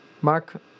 Mark